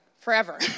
forever